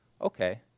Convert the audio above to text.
Okay